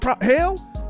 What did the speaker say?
hell